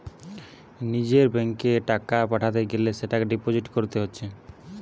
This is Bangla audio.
নিজের ব্যাংকে টাকা পাঠাতে গ্যালে সেটা ডিপোজিট কোরতে হচ্ছে